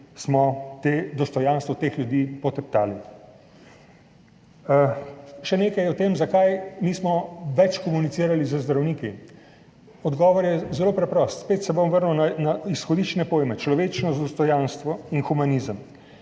resnici dostojanstvo teh ljudi poteptali. Še nekaj o tem, zakaj nismo več komunicirali z zdravniki. Odgovor je zelo preprost, spet se bom vrnil na izhodiščne pojme – človečnost, dostojanstvo in humanizem.